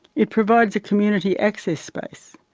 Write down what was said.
it provides a community access space,